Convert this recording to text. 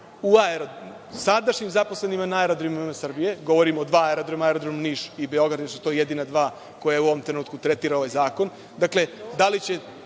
sadašnjim zaposlenima na aerodromima Srbije? Govorim o dva aerodroma, Aerodrom Niš i Beograd, jer su to jedina dva koja u ovom trenutku tretira ovaj zakon.